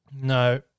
No